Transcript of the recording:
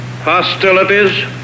hostilities